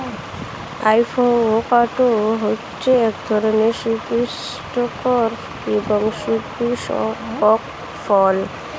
avocado হচ্ছে এক ধরনের সুপুস্টিকর এবং সুপুস্পক ফল